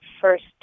first